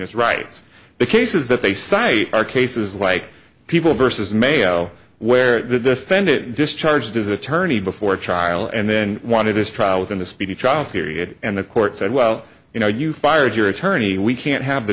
his rights the cases that they cite are cases like people versus mayo where the defendant discharged his attorney before trial and then wanted his trial within a speedy trial period and the court said well you know you fired your attorney we can't have the